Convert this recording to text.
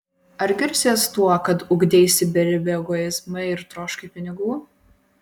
ar girsies tuo kad ugdeisi beribį egoizmą ir troškai pinigų